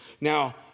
Now